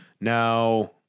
now